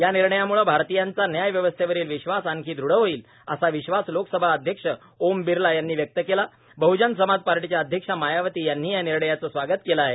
या निर्णयामुळे भारतीयांचा न्याय व्यवस्थेवरील विश्वास आणखी दृढ होईल असा विश्वास लोकसभा अध्यक्ष ओम बिर्ला यांनी व्यक्त केलाणबहजन समाज पार्टीच्या अध्यक्षा मायावती यांनीही या निर्णयाचं स्वागत केलं आहे